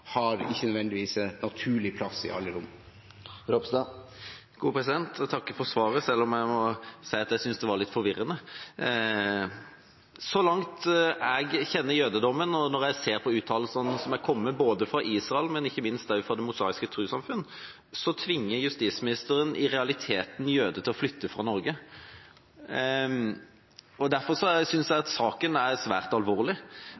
ikke nødvendigvis har en naturlig plass i alle rom. Jeg takker for svaret, selv om jeg må si at jeg synes det var litt forvirrende. Så langt jeg kjenner jødedommen, og når jeg ser på uttalelsene som er kommet både fra Israel og ikke minst fra Det mosaiske trossamfunn, tvinger justisministeren i realiteten jøder til å flytte fra Norge. Derfor synes jeg saken er svært alvorlig.